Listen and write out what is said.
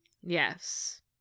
Yes